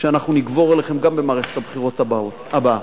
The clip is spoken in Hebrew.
שאנחנו נגבר עליכם גם במערכת הבחירות הבאה.